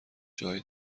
جای